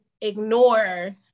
ignore